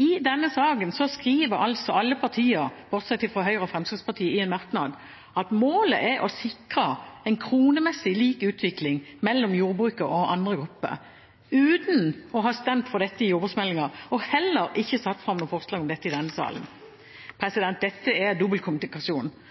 i denne saken skriver altså alle partier, bortsett fra Høyre og Fremskrittspartiet, i en merknad at målet er «å sikre kronemessig lik utvikling mellom jordbruket og andre grupper», uten å ha stemt for dette i jordbruksmeldingen og heller ikke satt fram noe forslag om dette i denne salen. Dette er